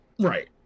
right